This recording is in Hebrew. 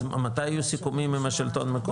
אז מתי אנחנו יהיו סיכומים עם השלטון המקומי?